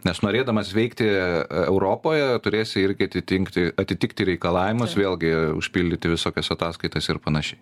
nes norėdamas veikti e europoje turėsi irgi atitinkti atitikti reikalavimus vėlgi užpildyti visokias ataskaitas ir panašiai